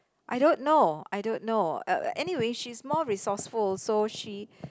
I don't know I don't know uh anyway she is more resourceful so she